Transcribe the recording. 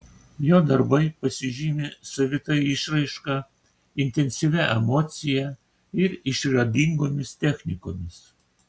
jo darbai pasižymi savita išraiška intensyvia emocija ir išradingomis technikomis